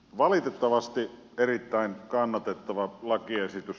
valitettavasti erittäin kannatettava lakiesitys